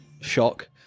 Shock